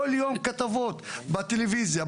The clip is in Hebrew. כל יום כתבות בטלוויזיה,